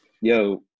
Yo